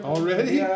Already